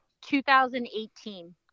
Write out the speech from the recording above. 2018